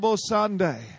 Sunday